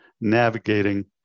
navigating